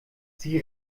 sie